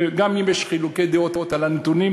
גם אם יש חילוקי דעות על הנתונים,